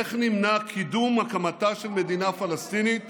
אין נמנע קידום הקמתה של מדינה פלסטינית